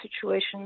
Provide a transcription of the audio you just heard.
situation